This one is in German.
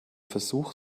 versuch